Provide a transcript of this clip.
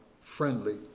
friendly